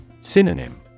Synonym